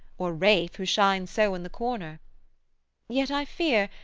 or ralph who shines so in the corner yet i fear,